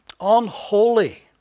unholy